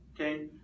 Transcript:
okay